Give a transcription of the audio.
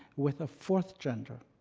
with a fourth gender.